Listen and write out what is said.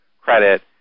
credit